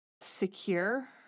secure